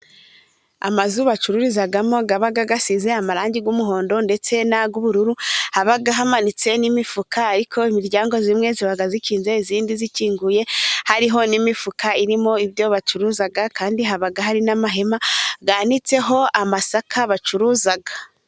Amazu bacururizamo aba asize amarangi y'umuhondo ndetse n'ay'ubururu, haba hamanitse n'imifuka ariko imiryango imwe iba ikinze indi ikinguye, hariho n'imifuka irimo ibyo bacuruza kandi haba hari n'amahema, yanitseho amasaka bacuruza.